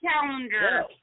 calendar